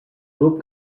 grup